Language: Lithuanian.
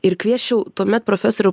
ir kviesčiau tuomet profesoriau